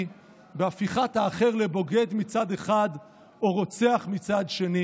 והפיכת האחר לבוגד מצד אחד או רוצח מצד שני.